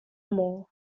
more